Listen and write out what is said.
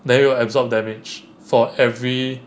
then will absorb damage for every